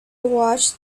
watched